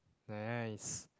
nice